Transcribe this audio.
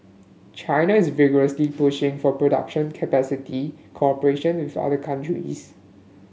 China is vigorously pushing for production capacity cooperation with other countries